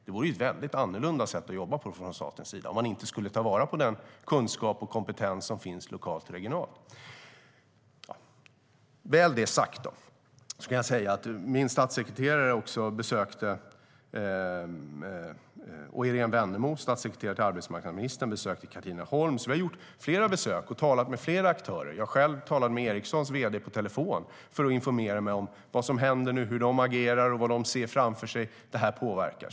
Det vore ett väldigt annorlunda sätt att jobba från statens sida om man inte tog vara på den kunskap och kompetens som finns lokalt och regionalt. När det väl är sagt ska jag säga att min statssekreterare och arbetsmarknadsministerns statssekreterare Irene Wennemo har besökt Katrineholm. Vi har alltså gjort flera besök och talat med flera aktörer. Själv har jag talat med Ericssons vd på telefon för att informera mig om vad som händer nu, hur de agerar och hur de anser att detta påverkar.